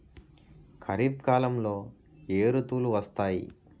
ఖరిఫ్ కాలంలో ఏ ఋతువులు వస్తాయి?